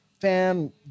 fan